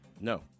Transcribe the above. No